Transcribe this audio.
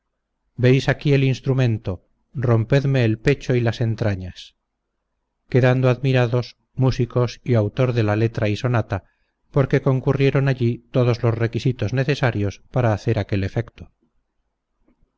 veis aquí el instrumento rompedme el pecho y las entrañas quedando admirados músicos y autor de la letra y sonata porque concurrieron allí todos los requisitos necesarios para hacer aquel efecto